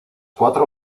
cuatro